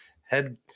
head